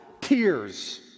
tears